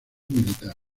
militar